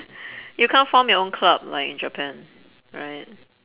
you can't form your own club like in japan right